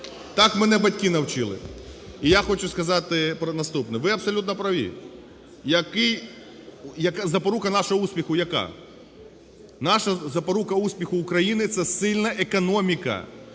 так мене батьки навчили. І я хочу сказати наступне: ви абсолютно праві. Запорука нашого успіху яка? Наша запорука, успіху України – це сильна економіка.